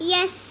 Yes